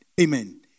Amen